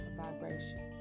vibration